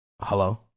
Hello